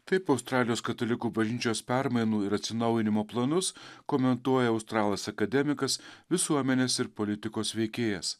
taip australijos katalikų bažnyčios permainų ir atsinaujinimo planus komentuoja australas akademikas visuomenės ir politikos veikėjas